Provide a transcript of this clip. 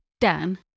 Dan